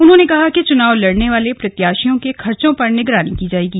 उन्होंने कहा कि चुनाव लड़ने वाले प्रत्याशियों के खर्चे की निगरानी की जायेगी